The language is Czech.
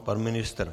Pan ministr?